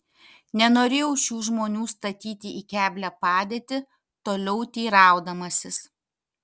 nenorėjau šių žmonių statyti į keblią padėtį toliau teiraudamasis